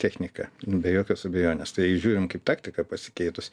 technika be jokios abejonės tai žiūrint kaip taktika pasikeitus